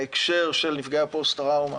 בהקשר של נפגעי הפוסט-טראומה